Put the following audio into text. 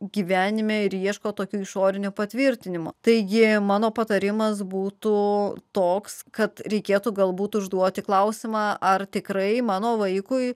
gyvenime ir ieško tokių išorinių patvirtinimų taigi mano patarimas būtų toks kad reikėtų galbūt užduoti klausimą ar tikrai mano vaikui